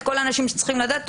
את כל האנשים שצריכים לדעת,